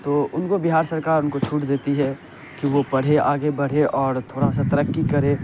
تو ان کو بہار سرکار ان کو چھوٹ دیتی ہے کہ وہ پڑھے آگے بڑھے اور تھوڑا سا ترقی کرے